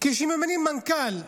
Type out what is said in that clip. כשממנים מנכ"ל שיעמוד,